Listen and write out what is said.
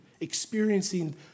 experiencing